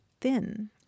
thin